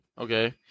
Okay